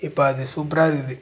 இப்போ அது சூப்பராக இருக்குது